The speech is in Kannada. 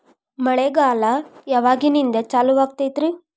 ಮಳೆಗಾಲ ಯಾವಾಗಿನಿಂದ ಚಾಲುವಾಗತೈತರಿ?